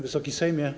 Wysoki Sejmie!